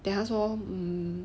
then 他说 um